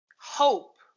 hope